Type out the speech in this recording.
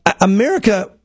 america